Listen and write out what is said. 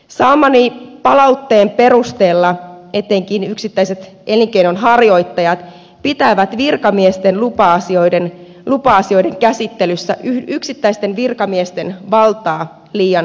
saamani palautteen perusteella etenkin yksittäiset elinkeinonharjoittajat pitävät virkamiesten lupa asioiden käsittelyssä yksittäisten virkamiesten valtaa liian suurena